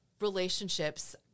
relationships